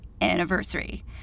anniversary